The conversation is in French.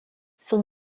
son